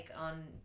on